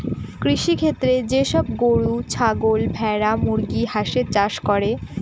কৃষিক্ষেত্রে যে সব গরু, ছাগল, ভেড়া, মুরগি, হাঁসের চাষ করে